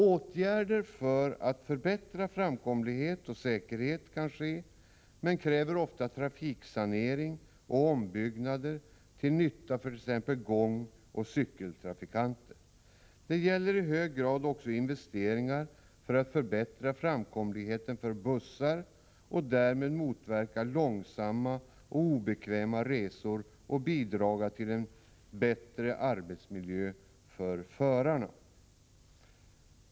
Åtgärder för att förbättra framkomlighet och säkerhet kan vidtas men kräver ofta trafiksanering och ombyggnader till nytta för t.ex. gångoch cykeltrafikanter. Det gäller i hög grad också investeringar för att förbättra framkomligheten för bussar samt därmed motverka långsamma och obekväma resor och bidraga till en bättre arbetsmiljö för förarna.